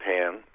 pan